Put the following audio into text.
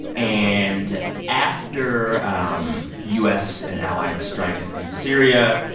and after um u s. and allied strikes in syria,